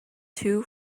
two